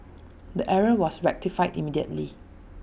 the error was rectified immediately